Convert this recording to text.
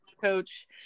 coach